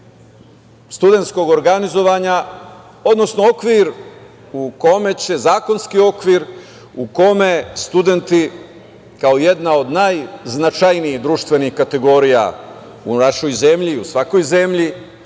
studentskog organizovanja, odnosno okvir u kome će zakonski okvir u kome studenti kao jedna od najznačajnijih društvenih kategorija u našoj zemlji u svakoj zemlji